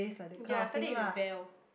ya started with Val